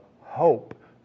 hope